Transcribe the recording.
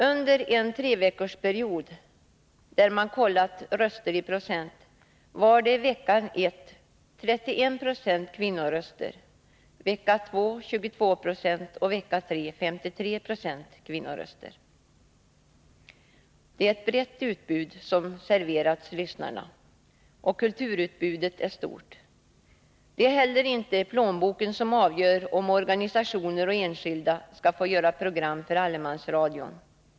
Under en treveckorsperiod var det 31 90 kvinnoröster vecka 1, 22 Zo vecka 2, och 53 26 kvinnoröster vecka 3. Det är ett brett utbud som serverats lyssnarna. Kulturutbudet är stort. Det 119 är inte heller plånboken som avgör om organisationer och enskilda skall få göra program för allemansradion.